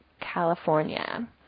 California